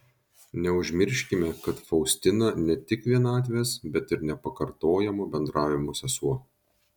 neužmirškime kad faustina ne tik vienatvės bet ir nepakartojamo bendravimo sesuo